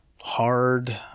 hard